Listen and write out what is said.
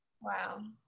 Wow